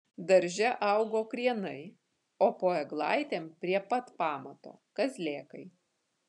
darže augo krienai o po eglaitėm prie pat pamato kazlėkai